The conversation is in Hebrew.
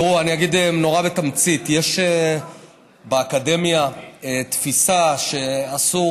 אגיד נורא בתמצית: באקדמיה יש תפיסה שאסור